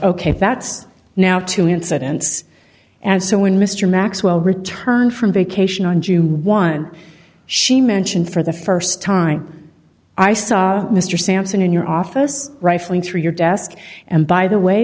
ok that's now two incidents and so when mr maxwell returned from vacation on jew one she mentioned for the st time i saw mr sampson in your office rifling through your desk and by the way